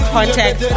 Contact